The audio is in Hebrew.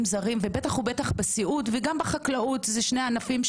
זרים ובטח בסיעוד וגם בחקלאות זה שני ענפים,